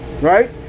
right